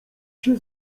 się